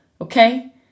Okay